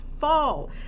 fall